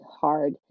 hard